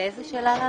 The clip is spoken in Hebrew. לאיזו שאלה לענות?